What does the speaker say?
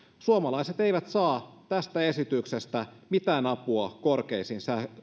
suomalaiset eivät saa tästä esityksestä mitään apua korkeisiin